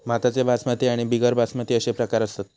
भाताचे बासमती आणि बिगर बासमती अशे प्रकार असत